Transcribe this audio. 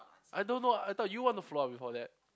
I don't know I thought you want to follow up before that